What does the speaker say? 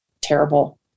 terrible